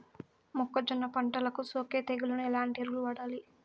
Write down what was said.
మొక్కజొన్న పంటలకు సోకే తెగుళ్లకు ఎలాంటి ఎరువులు వాడాలి?